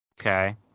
Okay